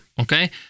Okay